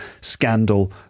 scandal